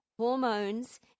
Hormones